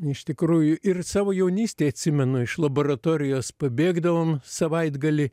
iš tikrųjų ir savo jaunystėj atsimenu iš laboratorijos pabėgdavom savaitgalį